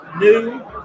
new